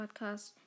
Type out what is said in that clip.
podcast